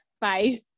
Bye